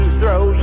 throw